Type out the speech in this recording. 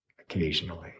occasionally